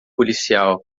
policial